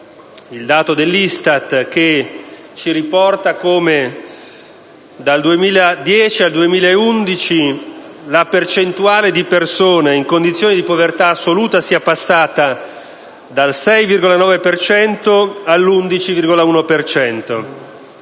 il dato dell'ISTAT che ci riporta come dal 2010 al 2011 la percentuale di persone in condizioni di povertà assoluta sia passata dal 6,9 per